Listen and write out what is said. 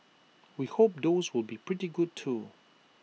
we hope those will be pretty good too